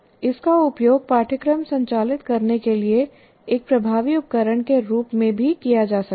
इसका उपयोग पाठ्यक्रम संचालित करने के लिए एक प्रभावी उपकरण के रूप में भी किया जा सकता है